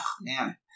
man